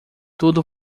tudo